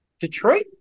Detroit